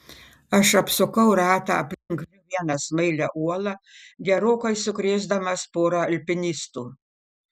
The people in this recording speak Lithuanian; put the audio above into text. aš apsukau ratą aplink vieną smailią uolą gerokai sukrėsdamas porą alpinistų